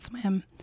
swim